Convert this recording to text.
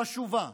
חשובה,